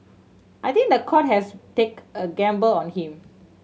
I think the court has take a gamble on him